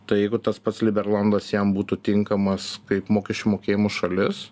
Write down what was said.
tai jeigu tas pats liberlandas jam būtų tinkamas kaip mokesčių mokėjimo šalis